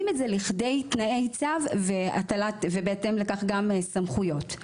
את זה לכדי תנאי צו ובהתאם לכך גם סמכויות.